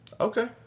Okay